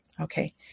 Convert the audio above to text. Okay